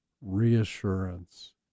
reassurance